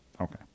Okay